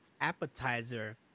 appetizer